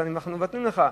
אז אנחנו מבטלים לך.